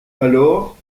alors